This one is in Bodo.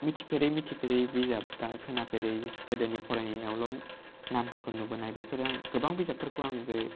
मिथिफेरै मिथिफेरै बिजाब बा खोनाफेरै गोदोनि फरायनायावल' नामफोरखौ नुबोनाय बेफेरो गोबां बिजाबखौ आं बे